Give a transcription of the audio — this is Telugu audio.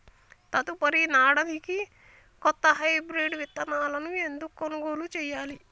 తదుపరి నాడనికి కొత్త హైబ్రిడ్ విత్తనాలను ఎందుకు కొనుగోలు చెయ్యాలి?